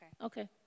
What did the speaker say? Okay